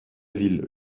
ville